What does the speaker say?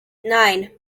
nine